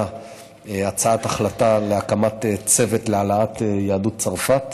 הצעת החלטה להקמת צוות להעלאת יהדות צרפת.